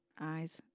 eyes